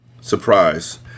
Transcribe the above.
Surprise